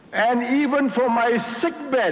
and even from my sick-bed,